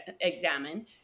examine